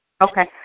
Okay